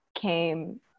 came